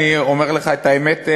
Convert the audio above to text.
אני אומר לך את האמת,